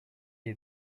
est